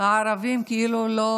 הערבים כאילו לא